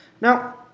Now